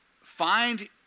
find